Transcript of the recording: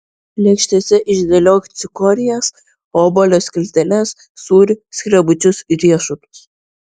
lėkštėse išdėliok cikorijas obuolio skilteles sūrį skrebučius ir riešutus